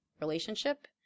relationship